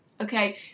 Okay